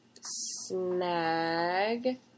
snag